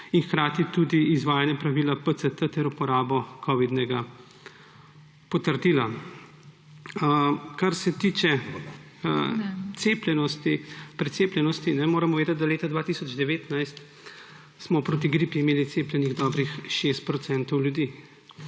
In hkrati tudi izvajanje pravila PCT ter uporabo covidnega potrdila. Kar se tiče cepljenosti, precepljenosti, moramo vedeti, da leta 2019 smo proti gripi imeli cepljenih dobrih 6